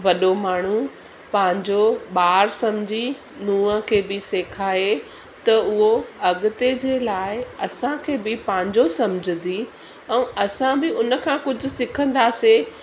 वॾो माण्हू पंहिंजो ॿार सम्झी नुंहं खे बि सेखारे त उहो अॻिते जे लाइ असांखे बि पंहिंजो सम्झंदी ऐं असां बि उन खां कुझु सिखांदासे